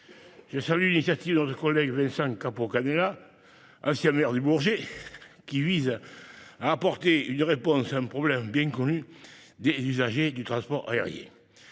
Je salue l'initiative de notre collègue Vincent Capo-Canellas, ancien maire du Bourget, qui vise à apporter une réponse à un problème bien connu des usagers du transport aérien.